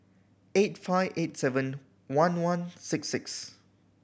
eight five eight seven one one six six